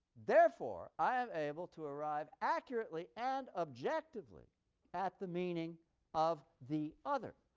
therefore, i am able to arrive accurately and objectively at the meaning of the other,